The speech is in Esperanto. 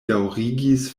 daŭrigis